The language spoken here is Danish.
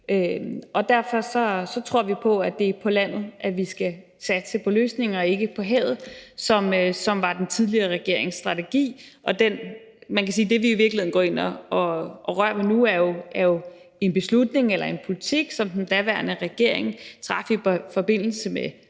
og derfor tror vi på, at det er på land, vi skal satse på løsninger, og ikke på havet, hvilket var den tidligere regerings strategi. Man kan sige, at det, vi i virkeligheden går ind og rører ved nu, jo er en politisk beslutning, som den tidligere regering traf i forbindelse med